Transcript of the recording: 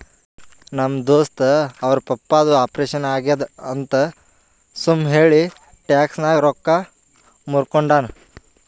ನಮ್ ದೋಸ್ತ ಅವ್ರ ಪಪ್ಪಾದು ಆಪರೇಷನ್ ಆಗ್ಯಾದ್ ಅಂತ್ ಸುಮ್ ಹೇಳಿ ಟ್ಯಾಕ್ಸ್ ನಾಗ್ ರೊಕ್ಕಾ ಮೂರ್ಕೊಂಡಾನ್